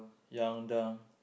young down